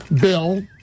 bill